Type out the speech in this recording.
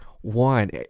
one